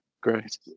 Great